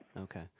Okay